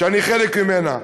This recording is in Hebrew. שאני חלק ממנה,